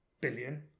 billion